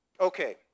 Okay